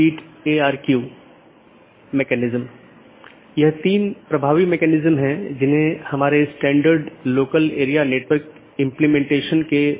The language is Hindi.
इसलिए पड़ोसियों की एक जोड़ी अलग अलग दिनों में आम तौर पर सीधे साझा किए गए नेटवर्क को सूचना सीधे साझा करती है